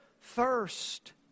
thirst